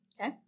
Okay